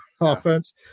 offense